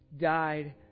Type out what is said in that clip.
died